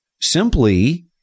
simply